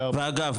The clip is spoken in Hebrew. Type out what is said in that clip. ואגב,